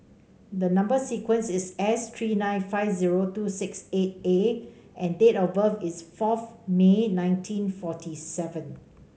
the number sequence is S three nine five zero two six eight A and date of birth is fourth May nineteen forty seven